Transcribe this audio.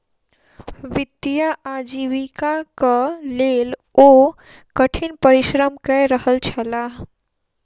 वित्तीय आजीविकाक लेल ओ कठिन परिश्रम कय रहल छलाह